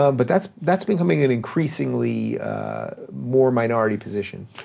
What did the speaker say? um but that's that's becoming an increasingly more minority position.